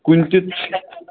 کُنہِ تہِ